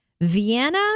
Vienna